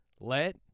Let